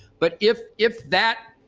but if if that